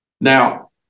Now